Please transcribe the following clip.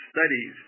studies